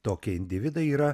tokie individai yra